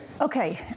Okay